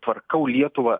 tvarkau lietuvą